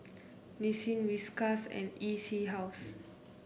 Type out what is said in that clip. Nissin Whiskas and E C House